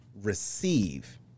receive